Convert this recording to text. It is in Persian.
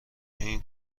این